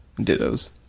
Dittos